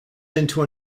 into